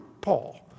Paul